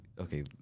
okay